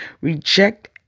reject